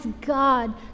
God